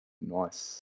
nice